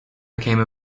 became